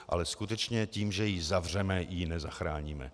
Ale skutečně, tím, že ji zavřeme, ji nezachráníme.